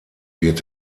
wird